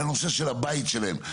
לנושא של הבית שלהם,